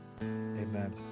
amen